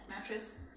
mattress